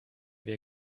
wir